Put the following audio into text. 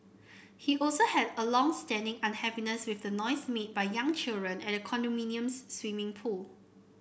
he also had a long standing unhappiness with the noise made by young children at the condominium's swimming pool